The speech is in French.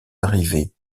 arriver